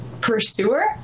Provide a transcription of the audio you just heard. pursuer